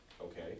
okay